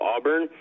Auburn